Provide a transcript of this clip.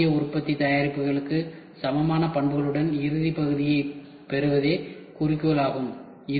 பாரம்பரிய உற்பத்தி தயாரிப்புகளுக்கு சமமான பண்புகளுடன் இறுதிப் பகுதியைப் பெறுவதே குறிக்கோள் ஆகும்